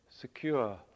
secure